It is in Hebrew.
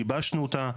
גיבשנו אותה,